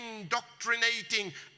indoctrinating